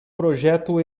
projeto